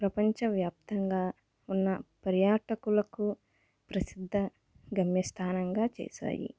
ప్రపంచవ్యాప్తంగా ఉన్న పర్యాటకులకు ప్రసిద్ధ గమ్యస్థానంగా చేశాయి